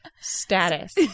status